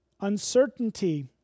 uncertainty